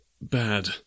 Bad